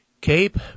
Cape